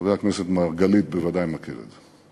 חבר הכנסת מרגלית בוודאי מכיר את זה.